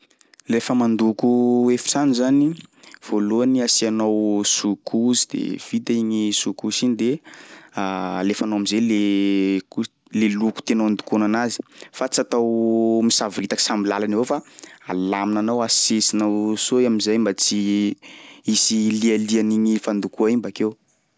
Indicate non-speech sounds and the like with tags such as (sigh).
Lefa mandoko efitrano zany, voalohany asianao sous couche de vita igny sous couche de (hesitation) alefanao am'zay le cous- le loko tianao andokoana anazy fa tsy atao misavoritaky samby làlany avao fa alaminanao asesinao soa i am'zay mba tsy hisy lialian'igny fandokoa igny bakeo.